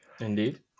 indeed